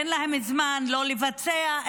אין להם זמן לבצע,